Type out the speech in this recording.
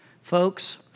Folks